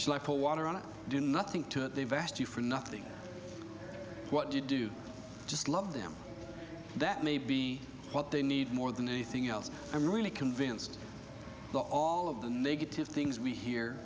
burning fire water on it do nothing to it they've asked you for nothing what do you do just love them that may be what they need more than anything else i'm really convinced the all of the negative things we hear